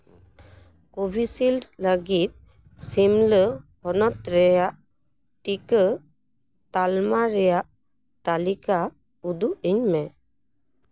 ᱠᱳᱵᱷᱤᱥᱤᱞᱰ ᱞᱟᱹᱜᱤᱫ ᱥᱤᱢᱞᱟᱹ ᱦᱚᱱᱚᱛ ᱨᱮᱭᱟᱜ ᱴᱤᱠᱟᱹ ᱛᱟᱞᱢᱟ ᱨᱮᱭᱟᱜ ᱛᱟᱞᱤᱠᱟ ᱩᱫᱩᱜ ᱟᱹᱧ ᱢᱮ